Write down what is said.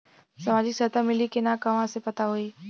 सामाजिक सहायता मिली कि ना कहवा से पता होयी?